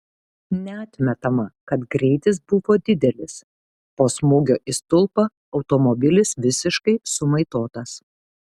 neatmetama kad greitis buvo didelis po smūgio į stulpą automobilis visiškai sumaitotas